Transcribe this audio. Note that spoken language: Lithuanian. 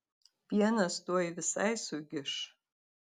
pienas tuoj visai sugiš